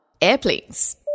Airplanes